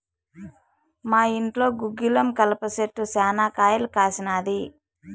మా ఇంట్లో గుగ్గిలం కలప చెట్టు శనా కాయలు కాసినాది